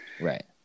Right